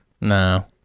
No